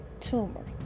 tumor